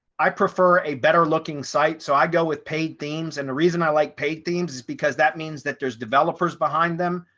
i prefer a better looking site. so i go with paid themes. and the reason i like paid themes is because that means that there's developers behind them,